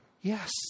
yes